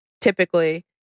typically